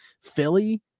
Philly